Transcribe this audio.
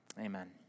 amen